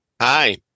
Hi